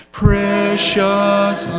precious